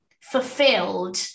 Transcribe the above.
fulfilled